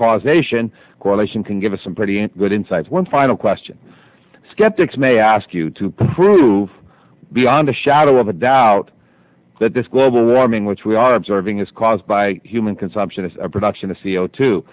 causation correlation can give us some pretty good insight one final question skeptics may ask you to prove beyond a shadow of a doubt that this global warming which we are observing is caused by human consumption its production of c o two